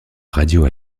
radio